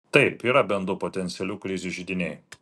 taip yra bent du potencialių krizių židiniai